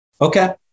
okay